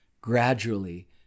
gradually